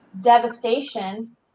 devastation